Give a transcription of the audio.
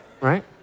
right